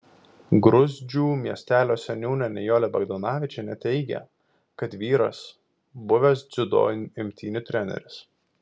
gruzdžių miestelio seniūnė nijolė bagdonavičienė teigė kad vyras buvęs dziudo imtynių treneris